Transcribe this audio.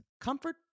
Comfort